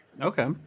Okay